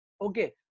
Okay